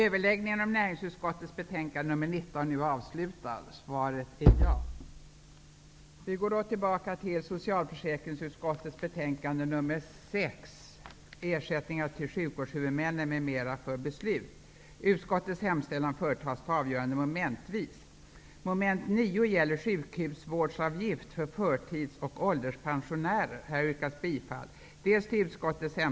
Härför krävdes att minst tre fjärdedelar av de röstande och mer än hälften av riksdagens ledamöter förenade sig om beslutet.